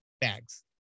bags